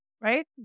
right